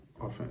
often